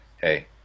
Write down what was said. hey